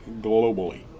globally